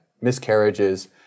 miscarriages